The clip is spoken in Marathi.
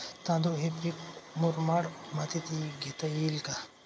तांदूळ हे पीक मुरमाड मातीत घेता येईल का?